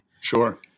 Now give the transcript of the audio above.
Sure